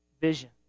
vision